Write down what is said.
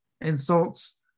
insults